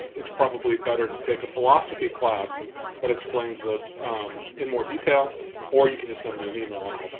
it's probably better to take a philosophy class that explains this in more detail or you can you just send me an email and i'll,